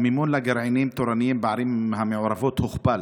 המימון לגרעינים תורניים בערים המעורבות הוכפל,